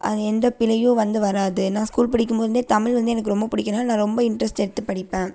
அது எந்த பிழையும் வந்து வராது நான் ஸ்கூல் படிக்கும்போதிலேருந்தே தமிழ் வந்து எனக்கு ரொம்ப பிடிக்கும்னால நான் ரொம்ப இன்ட்ரெஸ்ட் எடுத்து படிப்பேன்